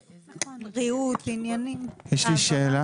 נכון, ריהוט, עניינים, העברה.